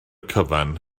cyfan